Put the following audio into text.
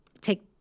take